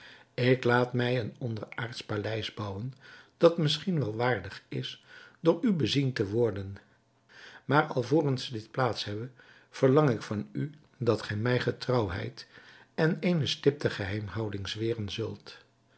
ik laat mij een onderaardsch paleis bouwen dat misschien wel waardig is door u bezien te worden maar alvorens dit plaats hebbe verlang ik van u dat gij mij getrouwheid en eene stipte geheimhouding zweren zult